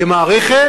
כמערכת,